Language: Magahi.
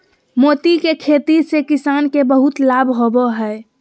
मोती के खेती से किसान के बहुत लाभ होवो हय